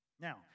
Now